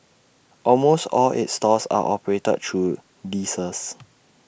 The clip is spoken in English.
almost all its stores are operated through leases